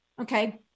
Okay